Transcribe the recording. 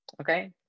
Okay